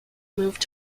moved